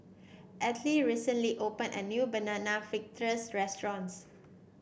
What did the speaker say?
Ethyle recently opened a new Banana Fritters restaurant